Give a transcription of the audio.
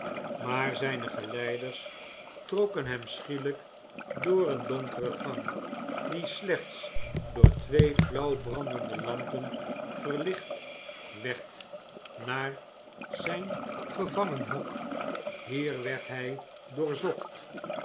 maar zijne geleiders trokken hem schielijk door een donkere gang die slechts door twee flauw brandende lampen verlicht werd naar zijn gevangenhok hier werd hij doorzocht